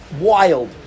wild